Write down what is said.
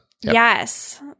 Yes